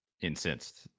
incensed